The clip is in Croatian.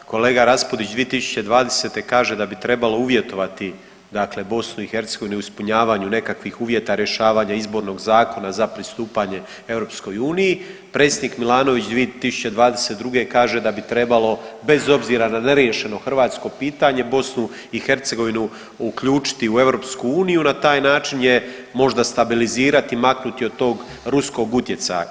Kolega Raspudić 2020. kaže da bi trebalo uvjetovati dakle BiH u ispunjavanju nekakvih uvjeta, rješavanje Izbornog zakona za pristupanje EU, predsjednik Milanović 2022. kaže da bi trebalo, bez obzira na neriješeno hrvatsko pitanje, BiH uključiti u EU, na taj način je možda stabilizirati, maknuti od tog ruskog utjecaja.